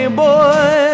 boy